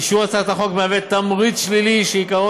אישור הצעת החוק מהווה תמריץ שלילי שעיקרו